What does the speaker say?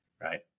right